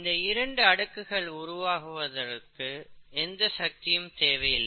இந்த இரட்டை அடுக்குகள் உருவாகுவதற்கு எந்த சக்தியும் தேவை இல்லை